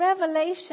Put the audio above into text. Revelation